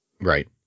Right